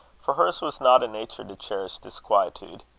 for hers was not a nature to cherish disquietude.